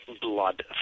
blood